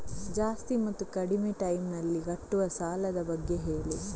ಜಾಸ್ತಿ ಮತ್ತು ಕಡಿಮೆ ಟೈಮ್ ನಲ್ಲಿ ಕಟ್ಟುವ ಸಾಲದ ಬಗ್ಗೆ ಹೇಳಿ